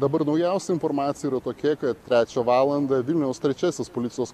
dabar naujausia informacija yra tokia kad trečią valandą vilniaus trečiasis policijos